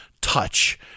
touch